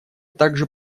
также